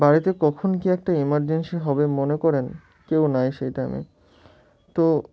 বাড়িতে কখন কি একটা এমার্জেন্সি হবে মনে করেন কেউ নাই সেই টাইমে তো